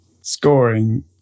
scoring